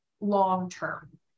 long-term